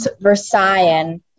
Versailles